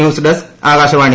news desk Akashvani